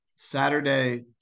Saturday